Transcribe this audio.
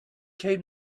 came